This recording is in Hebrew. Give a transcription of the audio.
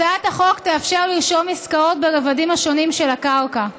הצעת החוק תאפשר לרשום עסקאות ברבדים השונים של הקרקע.